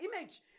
image